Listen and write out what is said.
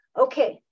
okay